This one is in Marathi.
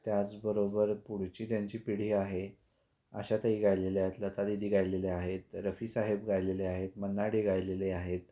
त्याचबरोबर पुढची त्यांची पिढी आहे आशाताई गायलेल्या आहेत लतादीदी गायलेल्या आहेत रफीसाहेब गायलेले आहेत मन्ना डे गायलेले आहेत